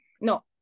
No